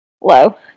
Low